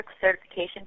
certification